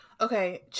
okay